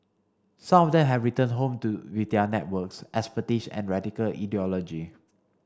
some of them have returned home to with their networks expertise and radical ideology